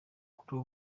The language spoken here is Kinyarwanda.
kuri